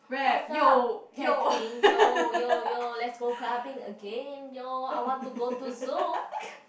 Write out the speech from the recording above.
what's up Catherine yo yo yo let's go clubbing again yo I want to go to Zouk